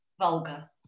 vulgar